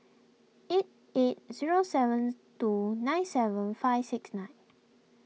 eight eight zero sevens two nine seven five six nine